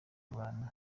abantu